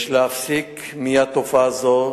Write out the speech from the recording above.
יש להפסיק מייד תופעה זו,